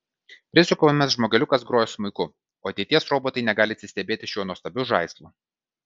prisukamas žmogeliukas groja smuiku o ateities robotai negali atsistebėti šiuo nuostabiu žaislu